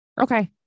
Okay